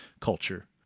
culture